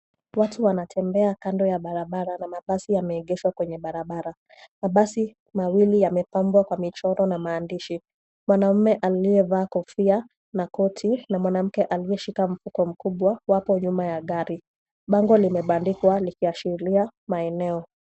Watu wanatembea kando ya barabara na mabasi yameegeshwa kwenye barabara. Mabasi mawili yamepambwa kwa michoro na maandishi, Mwanaume aliyevaa kofia na koti ,na mwanamke aliyeshika mfuko mkubwa wapo nyuma ya gari. Bango limebandikwa likiashiria maeneo.